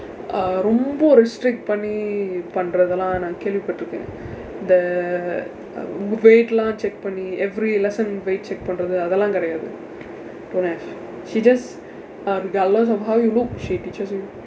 uh ரொம்ப:rompa restrict பண்ணி பண்றது எல்லாம் நான் கேள்விப்பட்டிருக்கிறேன்:panni panrathu ellaam naan keelvippatdirukkireen the weight எல்லாம்:ellaam check பண்ணி:panni every lesson போய்:pooy check பண்றது அதெல்லாம் கிடையாது:panrathu athellaam kidaiyaathu don't have she just uh regardless of how you look she teaches you